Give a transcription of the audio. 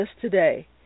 today